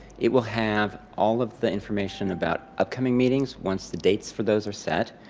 it will have all of the information about upcoming meetings once the dates for those are set.